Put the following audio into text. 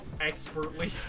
expertly